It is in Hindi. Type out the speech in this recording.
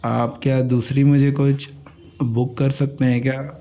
आप क्या दूसरी मुझे कुछ बुक कर सकते हैं क्या